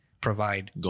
provide